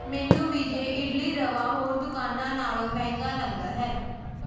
ਮੈਨੂੰ ਵਿਜੇ ਇਡਲੀ ਰਵਾ ਹੋਰ ਦੁਕਾਨਾਂ ਨਾਲੋਂ ਮਹਿੰਗਾ ਲੱਗਦਾ ਹੈ